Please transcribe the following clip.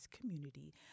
community